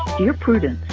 dear prudence,